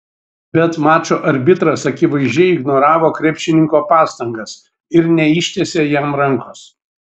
bet mačo arbitras akivaizdžiai ignoravo krepšininko pastangas ir neištiesė jam rankos